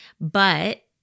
but-